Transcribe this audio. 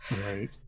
Right